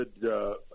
good